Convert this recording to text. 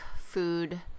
food